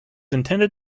intended